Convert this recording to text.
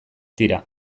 tira